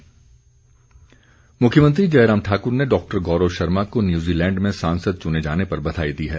बधाई मुख्यमंत्री जयराम ठाकुर ने डॉक्टर गौरव शर्मा को न्यूज़ीलैंड में सांसद चुने जाने पर बधाई दी है